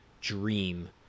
dream